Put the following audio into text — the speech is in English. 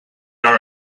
our